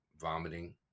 vomiting